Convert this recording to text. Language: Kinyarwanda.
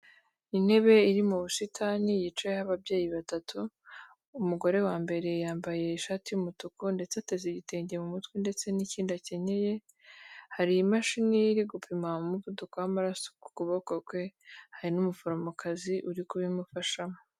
Intebe iri mu busitani yicayeho ababyeyi batatu umugore wa mbere yambaye ishati y'umutuku ndetse ateze igitenge mu mutwe ndetse n'ikindi akeneye hari imashini iri gupima umuvuduko w'amaraso ku kuboko kwe hari n'umuforomokazi uri kubimufashamo.